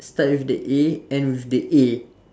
start with the A end with the A